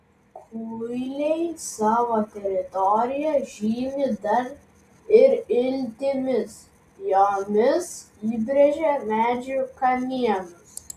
kuiliai savo teritoriją žymi dar ir iltimis jomis įbrėžia medžių kamienus